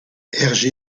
hergé